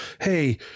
hey